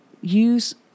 use